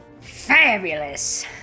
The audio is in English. Fabulous